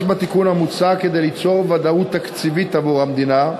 יש בתיקון המוצע כדי ליצור ודאות תקציבית עבור המדינה,